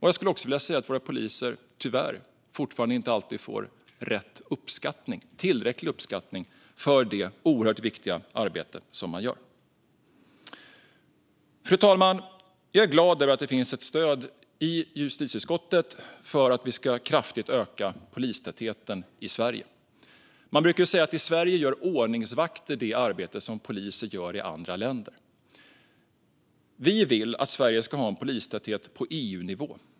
Jag skulle också vilja säga att våra poliser tyvärr fortfarande inte alltid får rätt uppskattning och tillräcklig uppskattning för det oerhört viktiga arbete som de gör. Fru talman! Jag är glad över att det finns ett stöd i justitieutskottet för att kraftigt öka polistätheten i Sverige. Man brukar säga att i Sverige gör ordningsvakter det arbete som poliser gör i andra länder. Vi moderater vill att Sverige ska ha en polistäthet på EU-nivå.